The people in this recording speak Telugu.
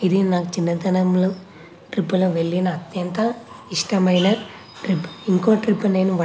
ఇది నాకు చిన్నతనంలో ట్రిప్పులో వెళ్లిన ఎంత ఇష్టమైన ట్రిప్ ఇంకో ట్రిప్ నేను వండర్లా